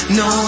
no